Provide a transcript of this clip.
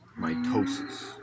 Mitosis